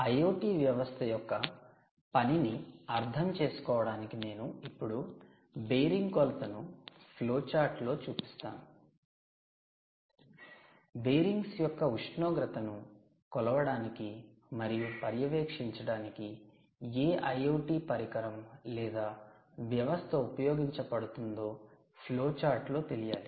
IoT వ్యవస్థ యొక్క పనిని అర్థం చేసుకోవడానికి నేను ఇప్పుడు బేరింగ్ కొలతను ఫ్లోచార్ట్ లో చూపిస్తాను బేరింగ్స్ యొక్క ఉష్ణోగ్రతను కొలవడానికి మరియు పర్యవేక్షించడానికి ఏ IoT పరికరం లేదా వ్యవస్థ ఉపయోగించబడుతుందో ఫ్లోచార్ట్ లో తెలియాలి